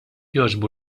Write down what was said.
jogħġbu